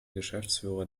geschäftsführer